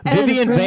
Vivian